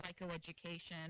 psychoeducation